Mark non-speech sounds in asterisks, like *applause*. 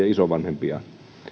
*unintelligible* isovanhempiaan